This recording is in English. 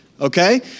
okay